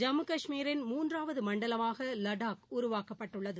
ஜம்மு கஷ்மீரின் மூன்றாவது மண்டலமாக லடாக் உருவாக்கப்பட்டுள்ளது